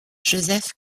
joseph